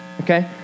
Okay